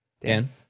Dan